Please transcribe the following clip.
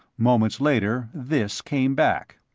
moments later this came back